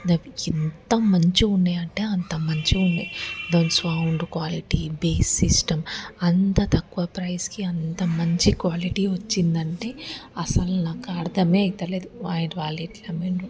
అవి ఎంత మంచిగా ఉన్నాయంటే అంత మంచిగా ఉన్నాయి దాని సౌండ్ క్వాలిటీ బేస్ సిస్టమ్ అంత తక్కువ ప్రైజ్కి అంత మంచి క్వాలిటీ వచ్చిందంటే అసలు నాకు అర్దమే అవడంలేదు వాళ్ళు వాళ్ళు ఎట్లా అమ్మారు